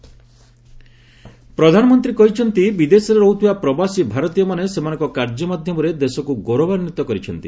PM conference ପ୍ରଧାନମନ୍ତ୍ରୀ କହିଛନ୍ତି ବିଦେଶରେ ରହୁଥିବା ପ୍ରବାସୀ ଭାରତୀୟମାନେ ସେମାନଙ୍କ କାର୍ଯ୍ୟ ମାଧ୍ୟମରେ ଦେଶକୁ ଗୌରବାନ୍ୱିତ କରିଛନ୍ତି